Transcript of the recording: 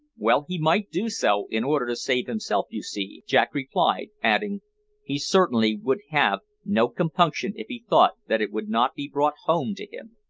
well, he might do so, in order to save himself, you see, jack replied, adding he certainly would have no compunction if he thought that it would not be brought home to him.